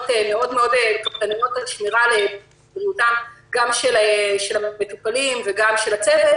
מאוד מאוד קפדניות על שמירה על בריאות המטופלים והצוות,